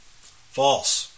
false